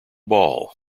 ball